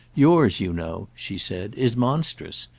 yours, you know, she said, is monstrous.